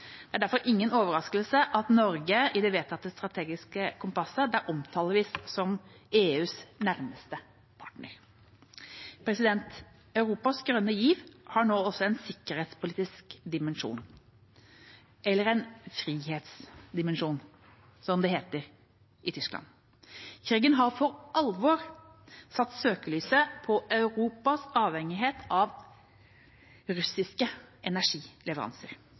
Det er derfor ingen overraskelse at Norge i det vedtatte strategiske kompasset omtales som EUs nærmeste partner. Europas grønne giv har nå også en sikkerhetspolitisk dimensjon, eller en frihetsdimensjon, som det heter i Tyskland. Krigen har for alvor satt søkelyset på Europas avhengighet av russiske energileveranser,